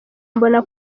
mbona